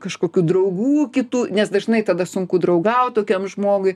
kažkokių draugų kitų nes dažnai tada sunku draugaut tokiam žmogui